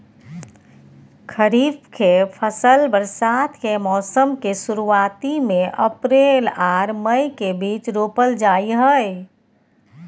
खरीफ के फसल बरसात के मौसम के शुरुआती में अप्रैल आर मई के बीच रोपल जाय हय